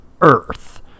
earth